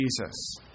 Jesus